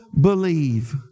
believe